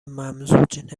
ممزوج